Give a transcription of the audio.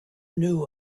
knew